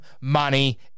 money